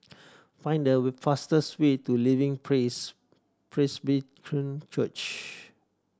find the way fastest way to Living Praise Presbyterian Church